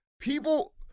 People